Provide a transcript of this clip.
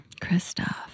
Kristoff